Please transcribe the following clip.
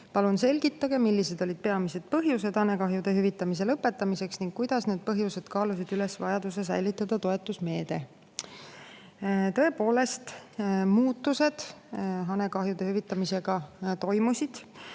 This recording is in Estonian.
Palun selgitage, millised olid peamised põhjused hanekahjude hüvitamise lõpetamiseks ning kuidas need põhjused kaalusid üles vajaduse säilitada toetusmeede?" Tõepoolest, hanekahjude hüvitamist muudeti.